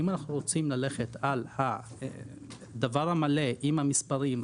אם אנחנו רוצים ללכת על הדבר המלא עם המספרים,